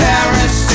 Paris